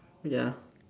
ya